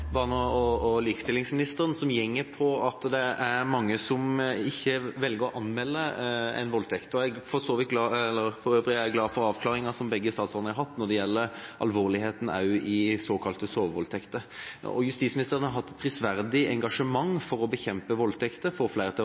barne- og likestillingsministerens poeng, at det er mange som velger ikke å anmelde en voldtekt. For øvrig er jeg glad for avklaringer fra begge statsrådene når det gjelder alvorligheten i såkalte sovevoldtekter. Justisministeren har hatt et prisverdig engasjement for å bekjempe voldtekter,